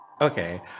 Okay